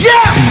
Yes